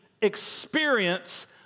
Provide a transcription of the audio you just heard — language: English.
experience